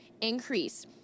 increase